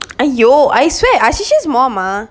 !aiyo! I swear ashey's mom ah